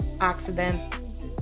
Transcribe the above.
accident